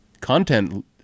content